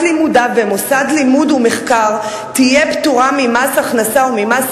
לימודיו במוסד לימוד ומחקר תהיה פטורה ממס הכנסה וממס